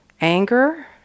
anger